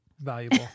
valuable